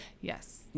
yes